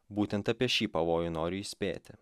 būtent apie šį pavojų noriu įspėti